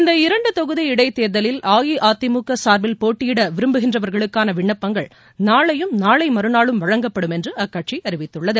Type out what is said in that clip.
இந்த இரண்டு தொகுதி இடைத்தேர்தலில் அஇஅதிமுக சாா்பில் போட்டியிட விரும்புகின்றவா்களுக்கான விண்ணப்பங்கள் நாளையும் நாளை மறுநாளும் வழங்கப்படும் என்று அக்கட்சி அறிவித்துள்ளது